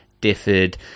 differed